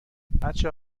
بچه